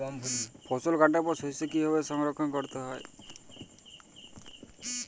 ফসল কাটার পর শস্য কীভাবে সংরক্ষণ করতে হবে?